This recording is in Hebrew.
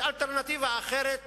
יש אלטרנטיבה אחרת